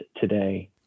today